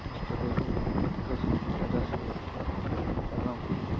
ଇଷ୍ଟଦେବ ଅଧିକ ହୋଇଅଛି ଏବଂ